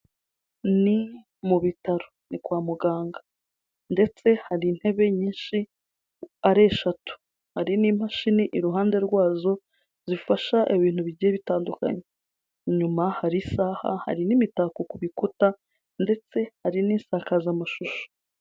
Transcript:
Ni mu bitaro, ni kwa muganga ndetse hari intebe nyinshi ari eshatu, hari n'imashini iruhande rwazo zifasha ibintu bigiye bitandukanye, inyuma hari isaha, hari n'imitako ku bikuta ndetse hari n'insakazamashusho.